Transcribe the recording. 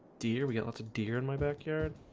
dear we got lots of deer in my backyard.